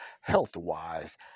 health-wise